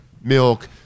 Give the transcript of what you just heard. milk